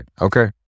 okay